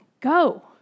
Go